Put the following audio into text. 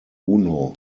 uno